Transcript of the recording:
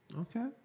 Okay